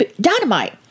Dynamite